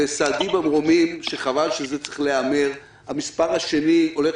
סהדי במרומים שחבל שזה צריך להיאמר: המספר השני הולך